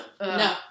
No